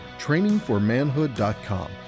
trainingformanhood.com